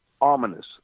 ominous